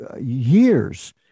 years